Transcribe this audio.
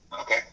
Okay